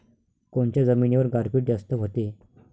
कोनच्या जमिनीवर गारपीट जास्त व्हते?